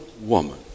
woman